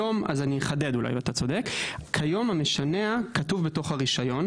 אני אחדד, כיום המשנע כתוב בתוך הרישיון.